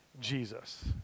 Jesus